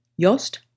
Jost